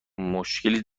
مشکلی